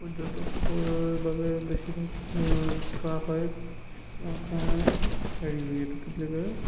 পৰ্যটকৰ বাবে বেছিভাগ থোৱা হয় আপোনাৰ